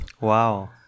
Wow